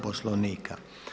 Poslovnika.